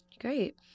Great